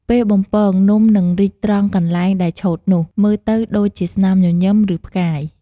ពេលបំពង នំនឹងរីកត្រង់កន្លែងដែលឆូតនោះ មើលទៅដូចជាស្នាមញញឹម ឬផ្កាយ។